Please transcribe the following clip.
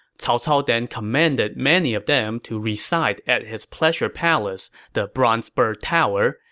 cao cao then commanded many of them to reside at his pleasure palace, the bronze bird tower,